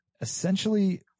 essentially